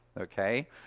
okay